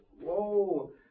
Whoa